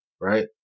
right